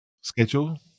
schedule